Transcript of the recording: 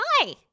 Hi